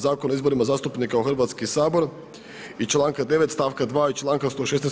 Zakona o izborima zastupnika u Hrvatski sabor i članka 9. stavka 2. i članka 116.